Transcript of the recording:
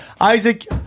Isaac